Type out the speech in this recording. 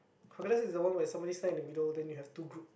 crocodile is the one where somebody stand in the middle then you have two groups